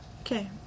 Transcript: Okay